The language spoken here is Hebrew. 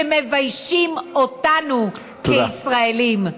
שמביישים אותנו כישראלים.